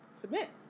submit